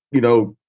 you know,